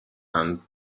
and